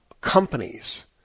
companies